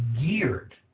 geared